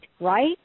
right